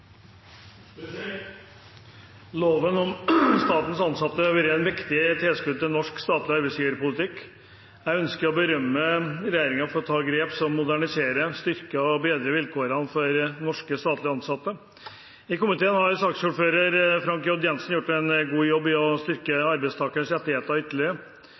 Loven om statens ansatte er et viktig tilskudd til norsk statlig arbeidsgiverpolitikk. Jeg ønsker å berømme regjeringen for å ta grep som moderniserer, styrker og bedrer vilkårene for norske statlig ansatte. I komiteen har saksordføreren Frank J. Jenssen gjort en god jobb i å styrke arbeidstakeres rettigheter ytterligere.